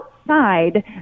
outside